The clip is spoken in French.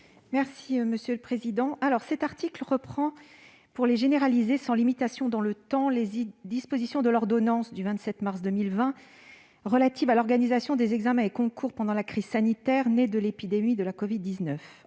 Mme Sylvie Robert. Cet article reprend, pour les généraliser sans limitation dans le temps, les dispositions de l'ordonnance du 27 mars 2020 relative à l'organisation des examens et concours pendant la crise sanitaire née de l'épidémie de covid-19.